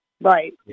Right